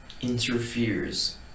interferes